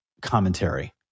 commentary